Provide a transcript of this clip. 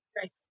great